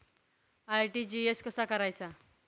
RTGS कसा करायचा?